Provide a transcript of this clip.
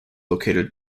located